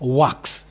works